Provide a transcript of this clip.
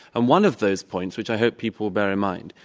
and one of those points, which i hope people bear in mind,